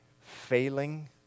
failing